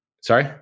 sorry